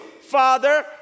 Father